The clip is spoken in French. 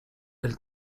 elle